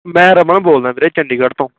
ਮੈਂ ਰਮਨ ਬੋਲਦਾ ਵੀਰੇ ਚੰਡੀਗੜ੍ਹ ਤੋਂ